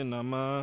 Nama